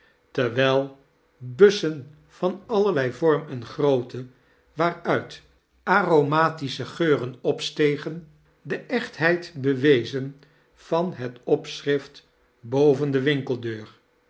terwijl bussen van allerlei vorm en grootte waaruit aromatische geuren opstegen de echtheid beweizten van het opschrift boven de winkeldeur